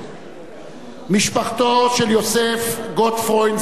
משפחתו של יוסף גוטפרוינד, זיכרונו לברכה,